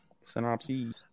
Synopsis